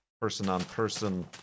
person-on-person